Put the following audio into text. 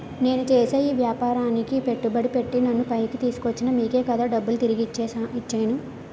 నేను చేసే ఈ వ్యాపారానికి పెట్టుబడి పెట్టి నన్ను పైకి తీసుకొచ్చిన మీకే కదా డబ్బులు తిరిగి ఇచ్చేను